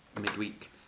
midweek